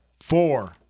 Four